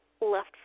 left